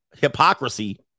hypocrisy